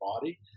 body